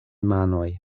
manoj